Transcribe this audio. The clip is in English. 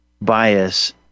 bias